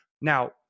Now